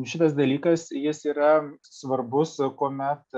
šitas dalykas jis yra svarbus kuomet